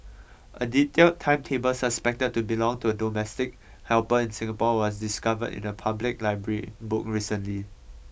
a detailed timetable suspected to belong to a domestic helper in Singapore was discovered in a public library book recently